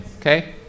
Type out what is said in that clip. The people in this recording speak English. okay